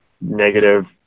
negative